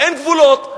אין גבולות,